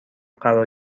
قرار